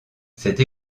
cette